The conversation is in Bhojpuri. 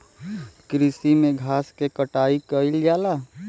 कृषि में घास क कटाई कइल जाला